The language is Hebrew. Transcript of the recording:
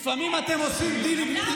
לפעמים אתם עושים דילים.